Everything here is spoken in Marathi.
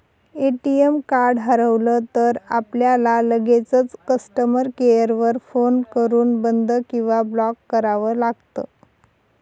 ए.टी.एम कार्ड हरवलं तर, आपल्याला लगेचच कस्टमर केअर वर फोन करून बंद किंवा ब्लॉक करावं लागतं